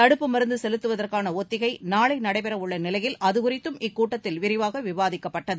தடுப்பு மருந்து செலுத்துவதற்கான ஒத்திகை நாளை நடைபெறவுள்ள நிலையில் அதுகுறித்தும் இக்கூட்டத்தில் விரிவாக விவாதிக்கப்பட்டது